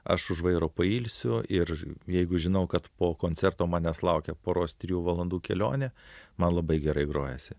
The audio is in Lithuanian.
aš už vairo pailsiu ir jeigu žinau kad po koncerto manęs laukia poros trijų valandų kelionė man labai gerai grojasi